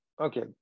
Okay